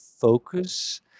focus